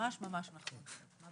ונתחדשה בשעה